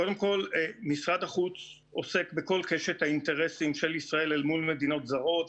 קודם כל משרד החוץ עוסק בכל קשת האינטרסים של ישראל אל מול מדינות זרות,